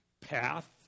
path